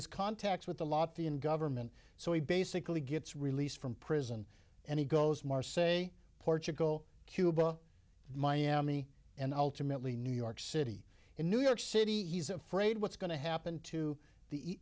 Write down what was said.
has contacts with a lot the in government so he basically gets released from prison and he goes maher say portugal cuba miami and ultimately new york city in new york city yes afraid what's going to happen to the